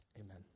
Amen